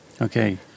Okay